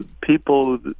people